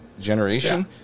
generation